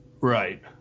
right